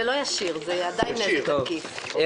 זה לא ישיר, זה עדיין נזק עקיף.